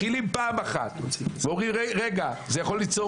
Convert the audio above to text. מכילים פעם אחת ואומרים שזה יכול ליצור